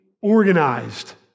organized